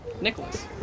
Nicholas